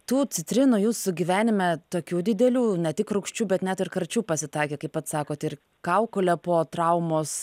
tų citrinų jūsų gyvenime tokių didelių ne tik rūgščių bet net ir karčių pasitaikė kaip pats sakot ir kaukolę po traumos